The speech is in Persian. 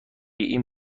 این